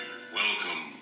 Welcome